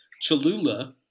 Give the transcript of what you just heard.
Cholula